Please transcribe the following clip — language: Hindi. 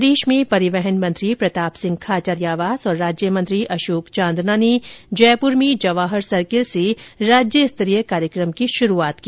प्रदेश में परिवहन मंत्री प्रताप सिंह खाचरियावास और राज्यमंत्री अशोक चांदना ने जयपुर में जवाहर सर्किल से राज्यस्तरीय कार्यक्रम की शुरूआत की